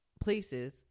places